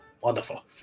Wonderful